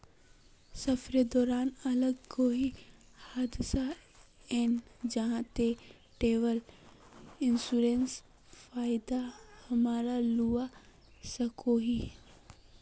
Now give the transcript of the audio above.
सफरेर दौरान अगर कोए हादसा हन जाहा ते ट्रेवल इन्सुरेंसर फायदा हमरा लुआ सकोही